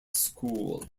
school